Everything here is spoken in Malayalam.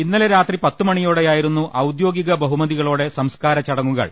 ഇന്നലെ രാത്രി പത്ത് മണിയോടെയായിരുന്നു ഔദ്യോഗിക ബഹുമതികളോടെ സംസ്കാര ചടങ്ങുകൾ